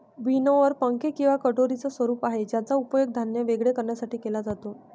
winnower पंखे किंवा कटोरीच स्वरूप आहे ज्याचा उपयोग धान्य वेगळे करण्यासाठी केला जातो